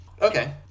Okay